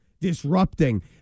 disrupting